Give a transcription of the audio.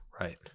Right